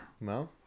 No